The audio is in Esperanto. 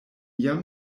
jam